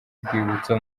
urwibutso